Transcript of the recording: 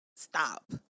Stop